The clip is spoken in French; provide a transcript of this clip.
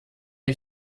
lui